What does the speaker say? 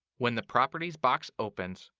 when the properties box opens,